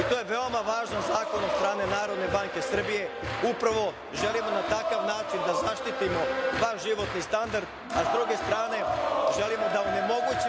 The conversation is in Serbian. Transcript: To je veoma važan zakon od strane NBS. Upravo želimo na takav način da zaštitimo vaš životni standard, a sa druge strane želimo da onemogućimo